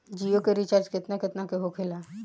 जियो के रिचार्ज केतना केतना के होखे ला?